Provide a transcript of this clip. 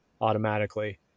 automatically